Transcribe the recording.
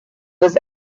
was